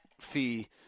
fee